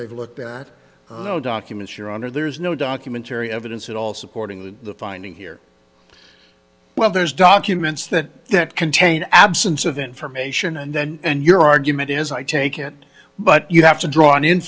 they've looked at no documents your honor there's no documentary evidence at all supporting the finding here well there's documents that contain absence of information and then and your argument is i take it but you have to draw